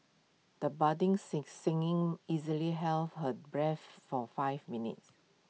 the budding singer singing easily held her breath for five minutes